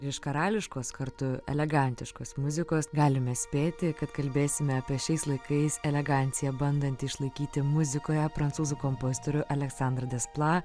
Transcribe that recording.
iš karališkos kartu elegantiškos muzikos galime spėti kad kalbėsime apie šiais laikais eleganciją bandantį išlaikyti muzikoje prancūzų kompozitorių aleksandr de spla